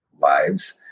lives